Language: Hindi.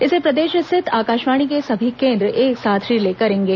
इसे प्रदेश स्थित आकाशवाणी के सभी केंद्र एक साथ रिले करेंगे